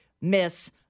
miss